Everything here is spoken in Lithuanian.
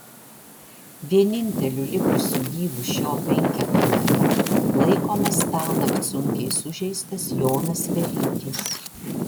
vieninteliu likusiu gyvu šio penketo nariu laikomas tąnakt sunkiai sužeistas jonas velykis